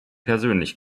persönlich